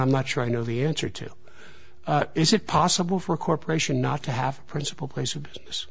i'm not sure i know the answer to is it possible for a corporation not to have a principal place